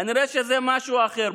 כנראה שזה משהו אחר.